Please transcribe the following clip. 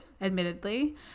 admittedly